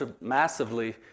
massively